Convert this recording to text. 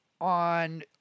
on